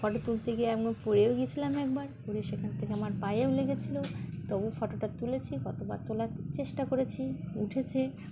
photo তুলতে গিয়ে আমি পড়েও গিয়েছিলাম একবার পড়ে সেখান থেকে আমার পায়েও লেগেছিলো তবু ফটোটা তুলেছি কতবার তোলার চেষ্টা করেছি উঠেছে